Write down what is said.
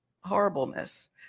horribleness